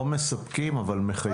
לא מספקים אבל מחייכים.